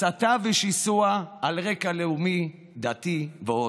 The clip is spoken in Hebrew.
הסתה ושיסוע על רקע לאומי, דתי ועוד.